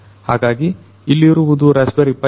ಹಾಗಾಗಿ ಇಲ್ಲಿರುವುದು Raspberry pi